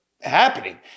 happening